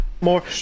More